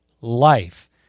Life